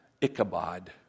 Ichabod